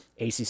ACC